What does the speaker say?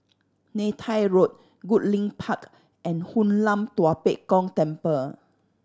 Neythai Road Goodlink Park and Hoon Lam Tua Pek Kong Temple